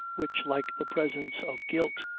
which, like the presence of guilt,